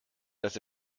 dass